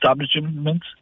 establishments